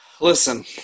Listen